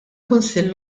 kunsill